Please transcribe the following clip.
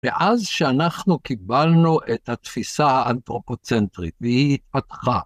ואז שאנחנו קיבלנו את התפיסה האנתרופוצנטרית והיא התפתחה.